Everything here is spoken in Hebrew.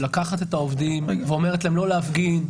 לוקחת את העובדים ומונעת מהם להפגין,